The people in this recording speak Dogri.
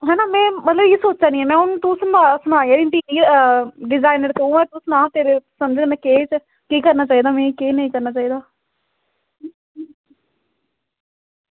ते में सोचनी आं इंया हून डिजाईनर तूं आ तूं सनाओ आं तेरी समझ च केह् ते केह् नेईं करना चाहिदा